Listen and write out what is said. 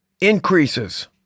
increases